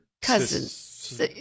Cousins